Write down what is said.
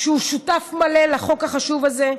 שהוא שותף מלא לחוק החשוב הזה,